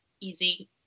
easy